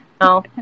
No